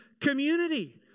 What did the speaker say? community